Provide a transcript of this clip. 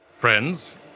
Friends